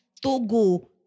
Togo